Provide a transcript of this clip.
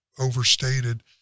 overstated